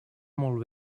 molt